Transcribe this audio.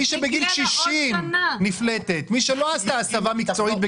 מי שנפלטת בגיל 60. מי שלא עשתה הסבה מקצועית.